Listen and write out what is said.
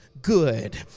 Good